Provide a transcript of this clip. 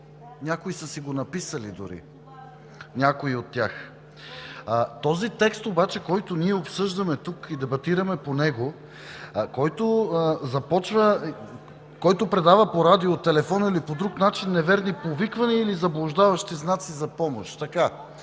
някои са си го написали дори, някои от тях. Този текст обаче, който ние обсъждаме тук, и дебатираме по него, започва: „който предава по радио, телефон или по друг начин неверни повиквания или заблуждаващи знаци за помощ“